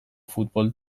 futbol